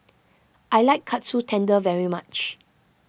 I like Katsu Tendon very much